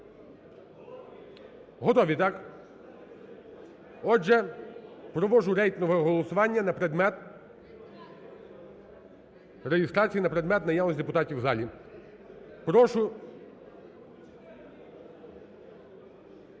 Готові, так? Отже, проводжу рейтингове голосування на предмет реєстрації, на предмет наявності депутатів у залі. Прошу…